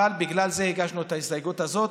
בגלל זה הגשנו את ההסתייגות הזאת,